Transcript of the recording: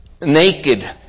naked